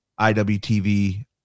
iwtv